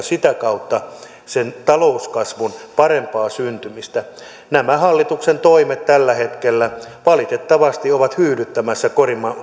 sitä kautta sen talouskasvun parempaa syntymistä nämä hallituksen toimet tällä hetkellä valitettavasti ovat hyydyttämässä